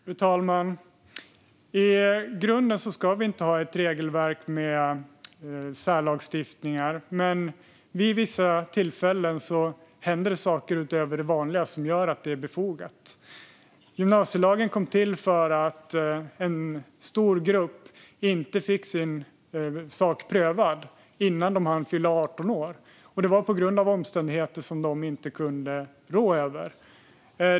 Fru talman! I grunden ska vi inte ha ett regelverk med särlagstiftningar, men vid vissa tillfällen händer saker utöver det vanliga som gör att det är befogat. Gymnasielagen kom till för att en stor grupp inte fick sin sak prövad innan de hann fylla 18 år. Det var på grund av omständigheter som de inte kunde rå över.